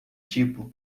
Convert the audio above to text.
tipo